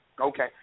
Okay